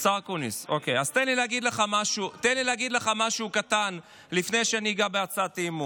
אז תן לי להגיד לך משהו קטן לפני שאני אגע בהצעת האי-אמון.